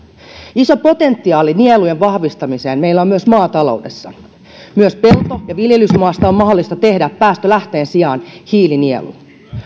iso potentiaali nielujen vahvistamiseen meillä on myös maataloudessa myös pelto ja viljelysmaasta on mahdollista tehdä päästölähteen sijaan hiilinielu